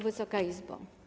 Wysoka Izbo!